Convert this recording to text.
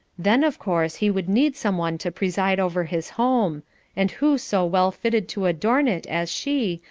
then, of course, he would need someone to preside over his home and who so well fitted to adorn it as she,